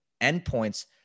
endpoints